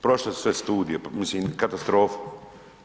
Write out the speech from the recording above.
Prošle su sve studije, pa mislim katastrofa.